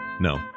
No